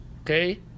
okay